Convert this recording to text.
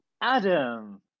Adam